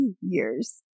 years